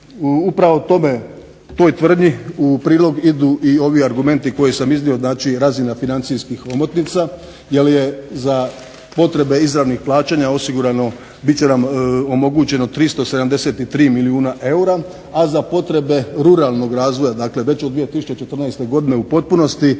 Upravo u tome, toj tvrdnji u prilog idu i ovi argumenti koje sam iznio. Znači razina financijskih omotnica, jer je za potrebe izravnih plaćanja osigurano, bit će nam omogućeno 373 milijuna eura, a za potrebe ruralnog razvoja, dakle već 2014. godine u potpunosti